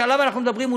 שאנחנו מדברים עליו,